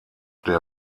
der